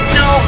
no